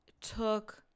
took